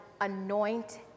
anoint